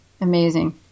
Amazing